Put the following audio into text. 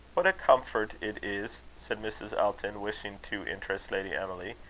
what a comfort it is, said mrs. elton, wishing to interest lady emily,